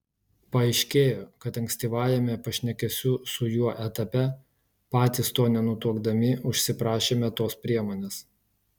paaiškėjo kad ankstyvajame pašnekesių su juo etape patys to nenutuokdami užsiprašėme tos priemonės